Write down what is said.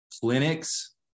clinics